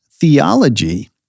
theology